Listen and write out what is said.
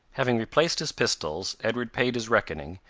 having replaced his pistols, edward paid his reckoning,